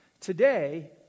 Today